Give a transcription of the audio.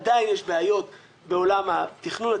עדיין יש בעיות בעולם התכנון.